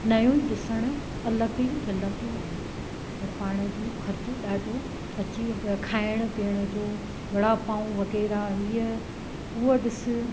नयो ई ॾिसणु अलॻि ई मिलंदो आहे पर पाण जो ख़र्चो ॾाढो अची वेंदो आहे खाइणू पीअण जो वडा पाव वग़ैरह हीअं उहा ॾिस